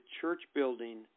church-building